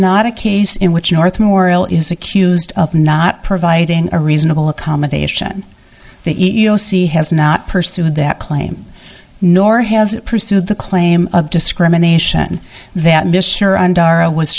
not a case in which north memorial is accused of not providing a reasonable accommodation the e e o c has not pursued that claim nor has it pursued the claim of discrimination that